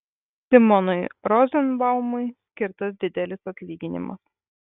simonui rozenbaumui skirtas didelis atlyginimas